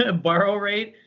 ah borrow rate,